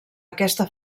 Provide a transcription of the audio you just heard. aquesta